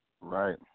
right